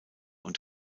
und